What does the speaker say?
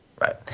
Right